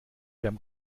beim